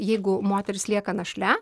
jeigu moteris lieka našle